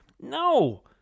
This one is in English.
no